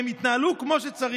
דובר